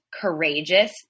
courageous